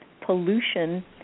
pollution